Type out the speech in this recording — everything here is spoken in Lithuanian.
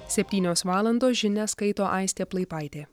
septynios valandos žinias skaito aistė plaipaitė